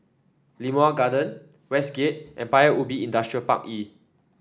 Limau Garden Westgate and Paya Ubi Industrial Park E